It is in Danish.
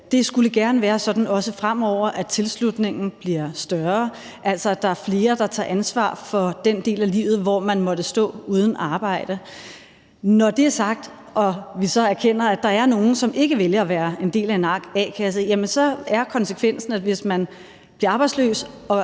Det skulle gerne være sådan, også fremover, at tilslutningen bliver større, altså at der er flere, der tager ansvar for den del af livet, hvor man måtte stå uden arbejde. Når det er sagt og vi så erkender, at der er nogen, som ikke vælger at være i en a-kasse, så siger vi, at hvis man bliver arbejdsløs og